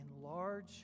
enlarge